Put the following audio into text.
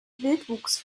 wildwuchs